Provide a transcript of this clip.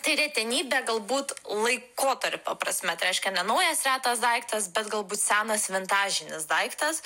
tai retenybė galbūt laikotarpio prasme tai reiškia ne naujas retas daiktas bet galbūt senas vintažinis daiktas